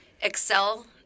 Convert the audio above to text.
excel